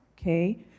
okay